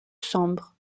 sambre